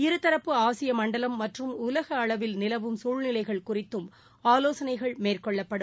இருதரப்பு ஆசியமண்டலம் மற்றும் உலகஅளவில் நிலவும் சூழ்நிலைகள் குறித்தும் ஆலோசனைகள் மேற்கொள்ளப்படும்